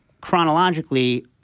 chronologically